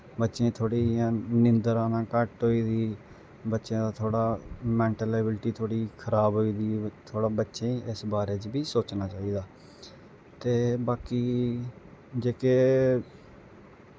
बच्चें गी थोह्ड़ी इ'यां नीन्दर आना घट्ट होई गेदी बच्चें दा थोह्ड़ा मैन्टल एविलिटी थोह्ड़ी खराब होई दी थोह्ड़ा बच्चें गी इस बारे च बी सोचना चाहिदा ते बाकी जेह्के